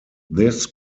this